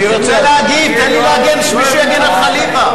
אני רוצה להגיב בשתי מלים על חליוה.